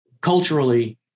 culturally